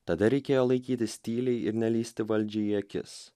tada reikėjo laikytis tyliai ir nelįsti valdžiai į akis